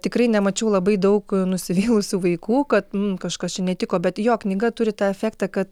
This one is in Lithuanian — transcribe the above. tikrai nemačiau labai daug nusivylusių vaikų kad kažkas čia netiko bet jo knyga turi tą efektą kad